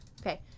Okay